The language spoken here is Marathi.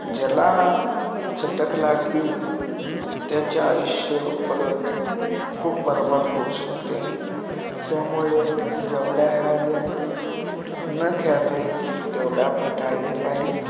ज्याला चटक लागली त्याचे आयुष्य परत खूप बरबाद होऊ शकते त्यामुळे जेवढ्या ह्या गेम न खेळता येतील तेवढ्या आपण टाळले पाहिजे